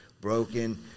broken